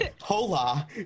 Hola